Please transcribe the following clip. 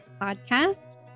Podcast